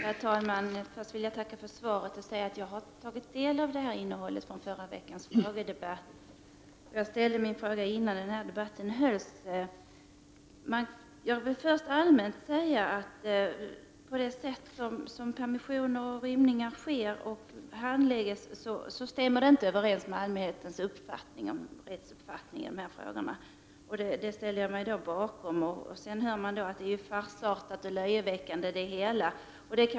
Herr talman! Jag vill tacka för svaret. Jag har tagit del av innehållet från förra veckans frågedebatt. Jag ställde min fråga innan debatten hölls. Först vill jag allmänt säga att det sätt på vilket permissioner handläggs och rymningar åtgärdas inte stämmer med allmänhetens rättsuppfattning i dessa frågor. Jag ställer mig bakom denna inställning. Nu har man fått höra att allt detta är farsartat och löjeväckande.